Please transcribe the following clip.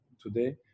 today